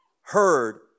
heard